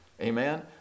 Amen